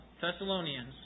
Thessalonians